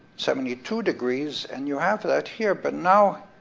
seventy two degrees, and you have that here, but now,